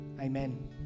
amen